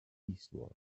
eastward